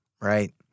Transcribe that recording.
right